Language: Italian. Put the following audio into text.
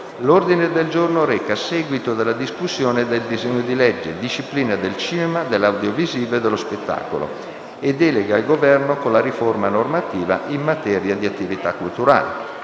Regolamento (ore 10). Seguito della discussione dei disegni di legge: (2287) Disciplina del cinema, dell’audiovisivo e dello spettacolo e deleghe al Governo per la riforma normativa in materia di attività culturali